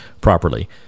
properly